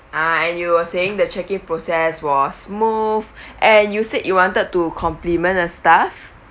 ah and you were saying the check in process was smooth and you said you wanted to compliment the staff